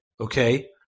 Okay